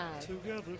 Together